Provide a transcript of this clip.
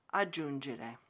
aggiungere